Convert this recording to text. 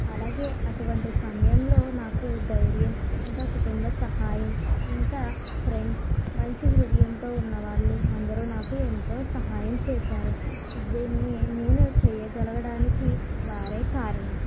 అలాగే అటువంటి సమయంలో నాకు ధైర్యం ఇంకా కుటుంబ సహాయం ఇంకా ఫ్రెండ్స్ మంచి హృదయంతో ఉన్నవాళ్ళు అందరూ నాకు ఎంతో సహాయం చేశారు దీన్ని నేను చేయగలగడానికి వారే కారణం